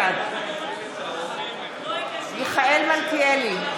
בעד מיכאל מלכיאלי,